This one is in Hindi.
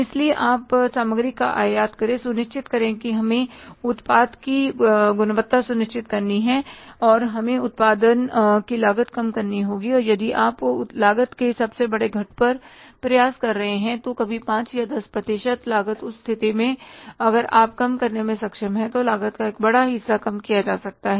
इसलिए आप सामग्री का आयात करें सुनिश्चित करें कि हमें उत्पाद की गुणवत्ता सुनिश्चित करनी है और हमें उत्पादन की लागत कम करनी होगी और यदि आप लागत के सबसे बड़े घट पर प्रयास कर रहे हैं तो कभी 5 या 10 प्रतिशत लागत उस स्थिति में अगर आप कम करने में सक्षम हैं तो लागत का एक बड़ा हिस्सा कम किया जा सकता है